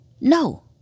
No